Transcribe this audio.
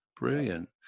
Brilliant